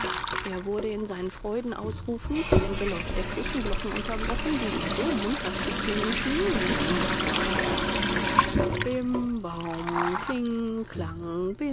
er wurde in seinen freudenausrufungen von dem geläute der kirchenglocken unterbrochen die ihm so munter zu klingen schienen wie nie vorher bim baum kling klang